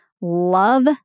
love